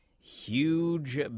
Huge